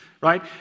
right